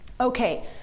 Okay